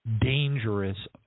dangerous